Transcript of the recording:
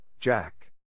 Jack